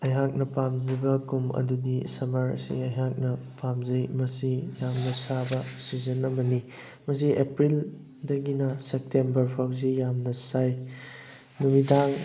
ꯑꯩꯍꯥꯛꯅ ꯄꯥꯝꯖꯕ ꯀꯨꯝ ꯑꯗꯨꯗꯤ ꯁꯝꯃꯔꯁꯦ ꯑꯩꯍꯥꯛꯅ ꯄꯥꯝꯖꯩ ꯃꯁꯤ ꯌꯥꯝꯅ ꯁꯥꯕ ꯁꯤꯖꯟ ꯑꯃꯅꯤ ꯃꯁꯤ ꯑꯦꯄ꯭ꯔꯤꯜꯗꯒꯤꯅ ꯁꯦꯞꯇꯦꯝꯕꯔꯐꯥꯎꯁꯤ ꯌꯥꯝꯅ ꯁꯥꯏ ꯅꯨꯃꯤꯗꯥꯡ